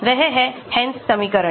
वह है Hansch समीकरण